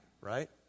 right